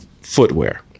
footwear